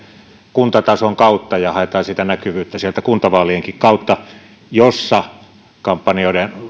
kuntatason kautta ja haetaan sitä näkyvyyttä sieltä kuntavaalienkin kautta missä kampanjoiden